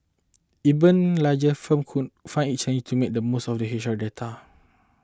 even larger firm could find it challenging to make the most of their H R data